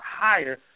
higher